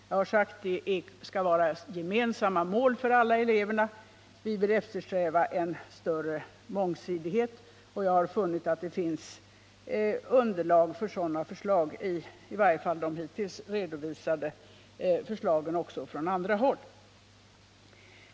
Jag har sagt att det skall vara gemensamma mål för alla elever och att vi bör eftersträva en större mångsidighet. Jag har funnit att det finns underlag härför, också i de hittills från andra håll redovisade förslagen.